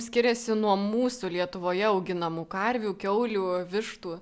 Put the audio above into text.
skiriasi nuo mūsų lietuvoje auginamų karvių kiaulių vištų